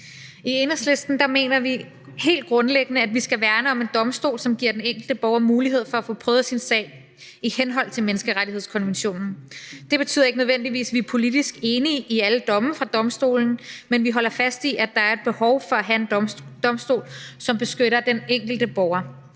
I Enhedslisten mener vi helt grundlæggende, at vi skal værne om en domstol, som giver den enkelte borger mulighed for at få prøvet sin sag i henhold til menneskerettighedskonventionen. Det betyder ikke nødvendigvis, at vi er politisk enige i alle domme fra domstolen, men vi holder fast i, at der er et behov for at have en domstol, som beskytter den enkelte borger,